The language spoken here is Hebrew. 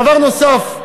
דבר נוסף,